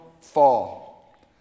fall